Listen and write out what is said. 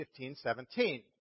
1517